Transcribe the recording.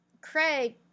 craig